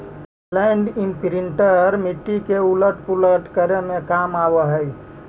land imprinter मिट्टी के उलट पुलट करे में काम आवऽ हई